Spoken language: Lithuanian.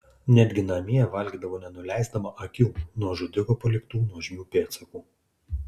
netgi namie valgydavo nenuleisdama akių nuo žudiko paliktų nuožmių pėdsakų